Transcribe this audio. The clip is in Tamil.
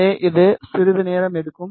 எனவே இது சிறிது நேரம் எடுக்கும்